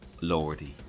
Lordy